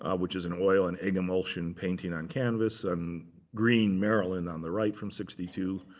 um which is an oil and egg emulsion painting on canvas. and green marilyn on the right from sixty two.